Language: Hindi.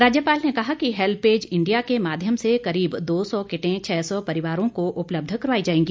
राज्यपाल ने कहा कि हैल्पएज इंडिया के माध्यम से करीब दो सौ किटें छः सौ परिवारों को उपलब्ध करवाई जाएगी